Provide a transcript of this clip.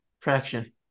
Traction